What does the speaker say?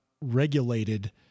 regulated